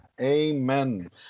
Amen